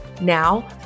Now